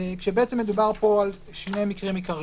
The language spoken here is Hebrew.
כשמדובר פה על שני מקרים עיקריים.